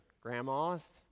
grandmas